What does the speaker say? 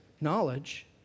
knowledge